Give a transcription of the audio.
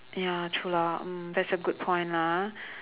ya true lah mm that's a good point lah ah